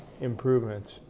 improvements